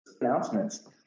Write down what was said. announcements